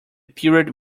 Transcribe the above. period